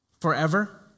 forever